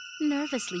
nervously